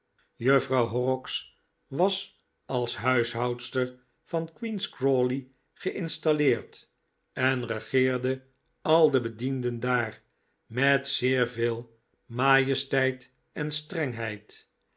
juffrouw horrocks was als huishoudster van queen's crawley geinstalleerd en regeerde al de bedienden daar met zeer veel majesteit en strengheid